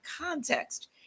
context